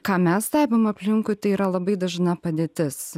ką mes stebim aplinkui tai yra labai dažna padėtis